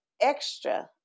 extra